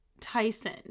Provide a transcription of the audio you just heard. Tyson